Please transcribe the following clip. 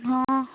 हँ